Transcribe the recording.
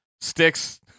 sticks